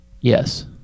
Yes